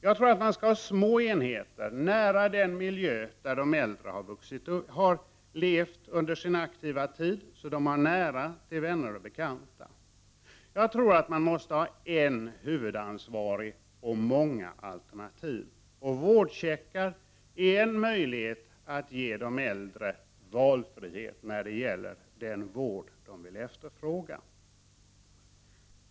Jag tror att man skall ha små enheter nära den miljö där de äldre har levt under sin aktiva tid, så att de har nära till vänner och bekanta. Jag tror att man måste ha en huvudansvarig och många alternativ. Vårdcheckar är en möjlighet att ge de äldre valfrihet när det gäller den vård de vill efterfråga.